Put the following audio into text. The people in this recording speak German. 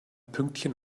pünktchen